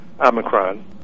omicron